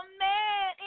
man